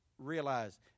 realize